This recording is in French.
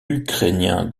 ukrainiens